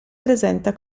presenta